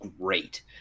great